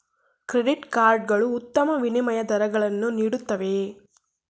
Credit card ಗಳು ಉತ್ತಮ ವಿನಿಮಯ ದರಗಳನ್ನು ನೀಡುತ್ತವೆಯೇ?